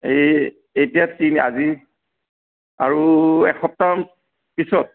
এই এতিয়া তিনি আজি আৰু এসপ্তাহ পিছত